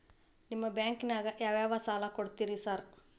ನಿಮ್ಮ ಬ್ಯಾಂಕಿನಾಗ ಯಾವ್ಯಾವ ಸಾಲ ಕೊಡ್ತೇರಿ ಸಾರ್?